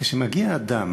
כשמגיע אדם